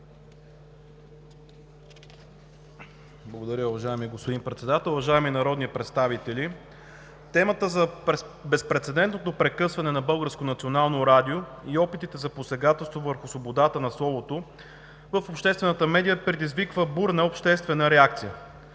Благодаря, уважаеми господин Председател. Уважаеми народни представители, темата за безпрецедентното прекъсване на Българското национално радио и опитите за посегателство върху свободата на словото в обществената медия предизвиква бурна обществена редакция.